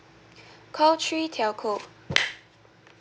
call three telco